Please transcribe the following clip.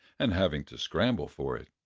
and having to scramble for it.